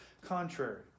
contrary